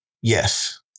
yes